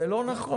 זה לא נכון.